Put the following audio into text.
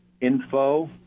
info